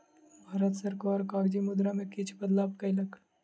भारत सरकार कागजी मुद्रा में किछ बदलाव कयलक